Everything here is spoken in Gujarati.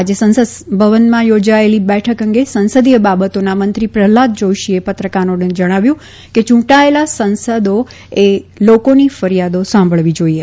આજે સંસદભવનમાં યોજાયેલી બેઠક અંગે સંસદિય બાબતોના મંત્રી પ્રહલાદ જાશીએ પત્રકારોને જણાવ્યું કે યૂંટાયેલા સાંસદોએ લોકોની ફરીયાદો સાંભળવી જાઇએ